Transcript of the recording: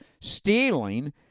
stealing